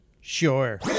Sure